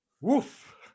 woof